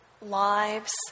lives